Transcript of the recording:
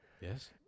Yes